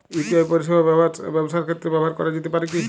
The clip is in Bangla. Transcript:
ইউ.পি.আই পরিষেবা ব্যবসার ক্ষেত্রে ব্যবহার করা যেতে পারে কি?